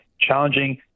challenging